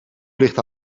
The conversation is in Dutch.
ligt